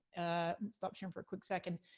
stop sharing for a quick second.